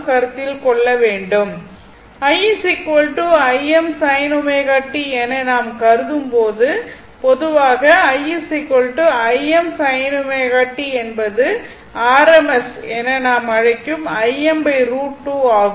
i Im sin t என நாம் கருதும் போது பொதுவாக i Im sin ω t என்பது rms என நாம் அழைக்கும் Im √2 ஆகும்